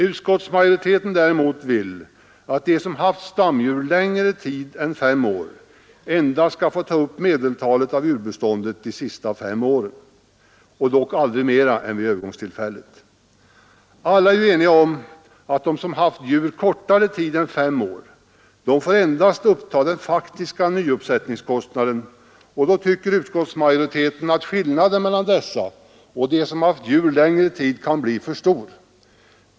Utskottsmajoriteten däremot vill att de jordbrukare som haft stamdjur längre tid än fem år endast skall få ta upp medeltalet av djurbeståndet de fem senaste åren, dock aldrig mera än vid övergångstillfället. Alla är ju eniga om att de som haft djur kortare tid än fem år endast får uppta den faktiska nyuppsättningskostnaden, och då tycker utskottsmajoriteten att skillnaden mellan dessa och dem som haft djur längre tid kan bli för stor.